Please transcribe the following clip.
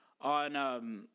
on